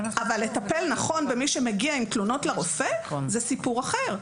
לטפל נכון במי שמגיע עם תלונות לרופא זה סיפור אחר,